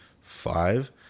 five